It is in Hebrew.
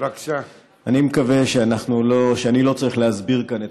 אני מקווה שאני לא צריך להסביר כאן את